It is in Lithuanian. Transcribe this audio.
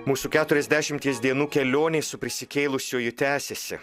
mūsų keturiasdešimties dienų kelionė su prisikėlusiuoju tęsiasi